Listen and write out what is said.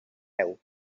peus